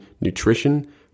nutrition